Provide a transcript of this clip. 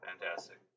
Fantastic